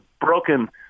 broken